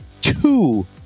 two